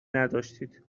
نداشتید